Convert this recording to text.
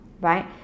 right